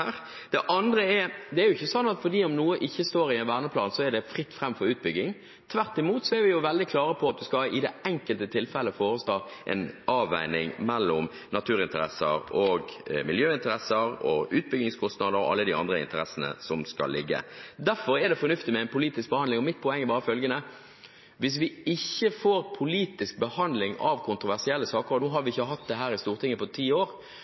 Det andre er at det er ikke sånn at fordi noe ikke står i en verneplan, er det fritt fram for utbygging. Tvert imot er vi veldig klare på at man i det enkelte tilfellet skal foreta en avveining mellom naturinteresser, miljøinteresser, utbyggingskostnader og alle de andre interessene som skal ligge inne. Derfor er det fornuftig med en politisk behandling, og mitt poeng er bare følgende: Hvis vi ikke får politisk behandling av kontroversielle saker – og nå har vi ikke hatt det her i Stortinget på ti år